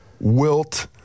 Wilt